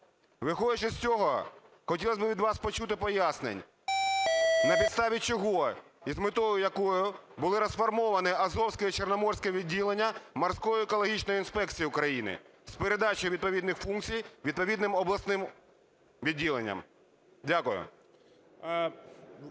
Виходячи з цього, хотілось би від вас почути пояснень. На підставі чого і з метою якою були розформовані Азовське і Чорноморське відділення морської екологічної інспекції України з передачею відповідних функцій відповідним обласним відділенням? Дякую.